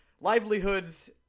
livelihoods